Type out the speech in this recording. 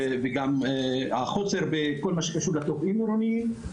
וגם החוסר בכל מה שקשור לתובעים עירוניים,